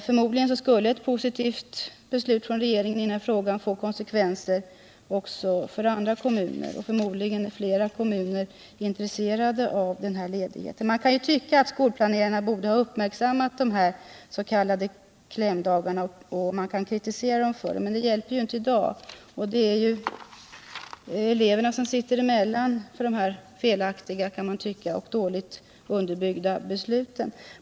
Förmodligen skulle ett positivt beslut från regeringen i den här frågan få konsekvenser också för andra kommuner, och antagligen är flera kommuner intresserade av denna ledighet. Man kan tycka att skolplanerarna borde ha uppmärksammat dessa s.k. klämdagar, och man kan kritisera dem för att de inte gjort det. Men det hjälper ju inte i dag. Och det är eleverna som sitter emellan för de felaktiga — kan man tycka — och dåligt underbyggda besluten.